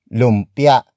lumpia